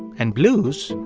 and blues.